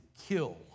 kill